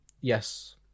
Yes